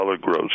gross